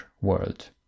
world